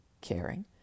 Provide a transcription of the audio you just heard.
caring